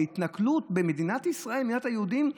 והתנכלות במדינת ישראל, מדינת היהודים?